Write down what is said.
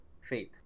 faith